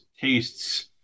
tastes